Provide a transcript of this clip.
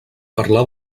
parlar